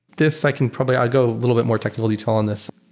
this i can probably i'll go a little bit more technical detail on this.